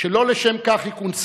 שלא לשם כך היא כונסה,